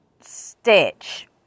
stitch